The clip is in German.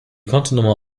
kontonummer